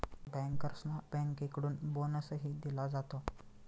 बँकर्सना बँकेकडून बोनसही दिला जातो